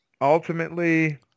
ultimately